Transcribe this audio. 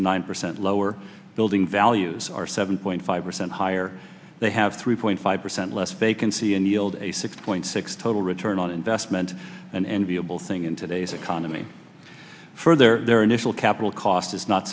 eighty nine percent lower building values are seven point five percent higher they have three point five percent less vacancy and yield a six point six total return on investment an enviable thing in today's economy further their initial capital cost is not